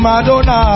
Madonna